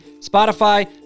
spotify